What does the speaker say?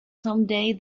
someday